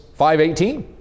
5.18